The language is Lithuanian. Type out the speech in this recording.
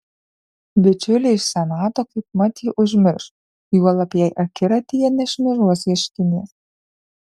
bičiuliai iš senato kaipmat jį užmirš juolab jei akiratyje nešmėžuos ieškinys